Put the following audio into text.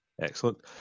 Excellent